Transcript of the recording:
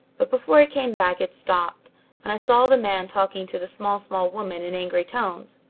but before it came back it stopped and i saw the man talking to the small-small woman in angry tones.